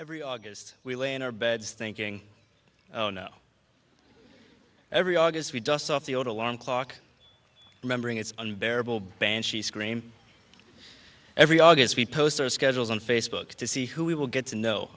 every august we lay in our beds thinking oh no every august we dust off the old alarm clock remembering it's unbearable banshee scream every august we post our schedules on facebook to see who we will get to know